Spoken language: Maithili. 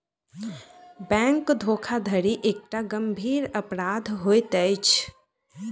बैंक धोखाधड़ी एकटा गंभीर अपराध होइत अछि